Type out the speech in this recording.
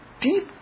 deep